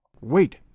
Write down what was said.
Wait